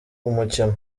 umukino